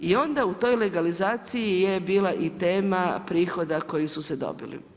I onda u toj legalizaciji je bila i tema prihoda koji su se dobili.